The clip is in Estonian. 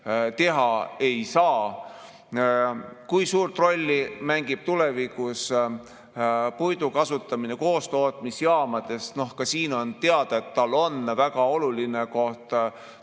teha ei saa. Kui suurt rolli mängib tulevikus puidu kasutamine koostootmisjaamades? Ka siin on teada, et tal on väga oluline koht